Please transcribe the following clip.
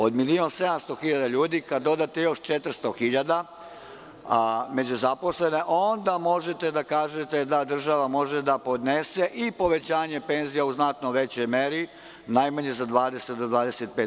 Od miliona i 700.000 ljudi kada dodate još 400.000 među zaposlene onda možete da kažete da država može da podnese i povećanje penzija u znatno većoj meri, najmanje od 20 do 25%